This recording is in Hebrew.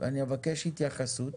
ואני אבקש התייחסות.